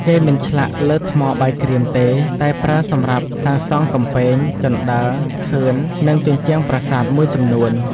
គេមិនឆ្លាក់លើថ្មបាយក្រៀមទេ តែប្រើសម្រាប់សាងសង់កំពែង ជណ្តើរ ខឿន និងជញ្ជាំងប្រាសាទមួយចំនួន។